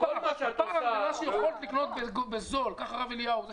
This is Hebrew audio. כל מה שאת עושה --- כל מה שיכולת לקנות בזול כך הרב אליהו פסק,